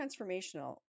transformational